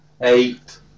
eight